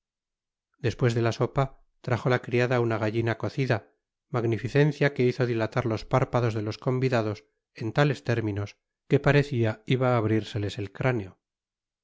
despues de la sopa trajo la criada una gallina cocida magnificencia que hizo dilatar los párpados de los convidados en tales términos que parecia iba á abrirseles el cráneo